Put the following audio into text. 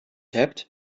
hebt